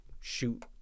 shoot